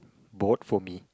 bought for me